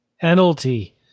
Penalty